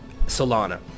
Solana